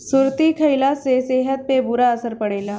सुरती खईला से सेहत पे बुरा असर पड़ेला